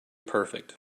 perfect